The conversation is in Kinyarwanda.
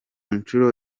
ncuro